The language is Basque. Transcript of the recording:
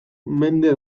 mende